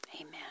Amen